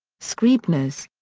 scribners.